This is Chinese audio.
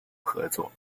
合作